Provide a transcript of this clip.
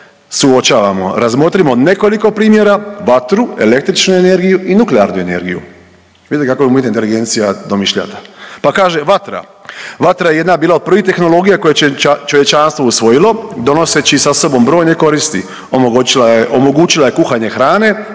suočavamo. Razmotrimo nekoliko primjera, vatru, električnu energiju i nuklearnu energiju, vidite kako umjetna inteligencija domišljata. Pa kaže, vatra, vatra je jedna bila od prvih tehnologija koje je čovječanstvo usvojilo, donoseći sa sobom brojne koristi. Omogućila je kuhanje hrane,